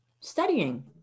studying